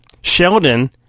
Sheldon